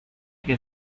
que